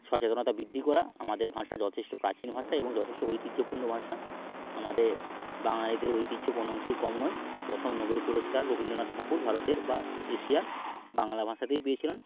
সচেতনতা বৃদ্ধি করা আমাদের ভাষা যথেষ্ট প্রাচীন ভাষা এবং যথেষ্ট ঐতিহ্যপূর্ণ ভাষা আমাদের বাঙালিদের ঐতিহ্য কোনো অংশেই কম নয় প্রথম নোবেল পুরস্কার রবীন্দনাথ ঠাকুর ভারতের বা এশিয়া বাংলা ভাষাতেই পেয়েছিলেন